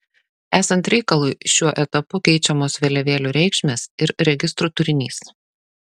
esant reikalui šiuo etapu keičiamos vėliavėlių reikšmės ir registrų turinys